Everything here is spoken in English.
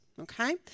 okay